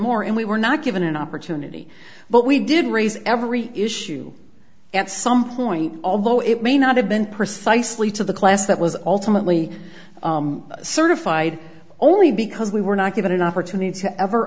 more and we were not given an opportunity but we did raise every issue at some point although it may not have been precisely to the class that was ultimately certified only because we were not given an opportunity to ever